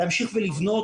להמשיך ולבנות,